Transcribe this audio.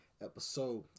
Episode